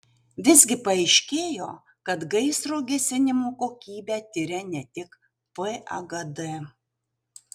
visgi paaiškėjo kad gaisro gesinimo kokybę tiria ne tik pagd